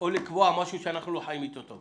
או לקבוע משהו שאנחנו לא חיים איתו טוב,